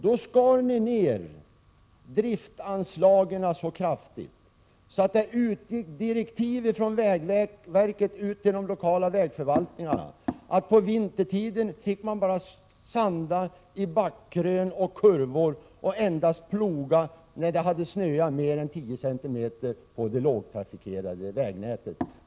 Då skar ni ned driftanslagen så kraftigt att man var tvungen att gå ut med direktiv från vägverket till de lokala vägförvaltningarna om att det vintertid var tillåtet att sanda endast på backkrön och i kurvor. Dessutom fick man ploga vägar inom det lågtrafikerade vägnätet endast när det hade snöat mer än 10 cm.